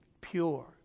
pure